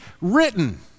written